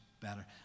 better